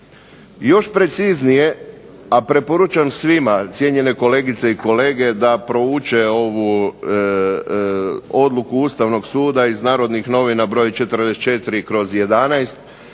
Još preciznije, a preporučam svima cijenjene kolegice i kolege da prouče ovu odluku Ustavnog suda iz "Narodnih novina" br. 44/11.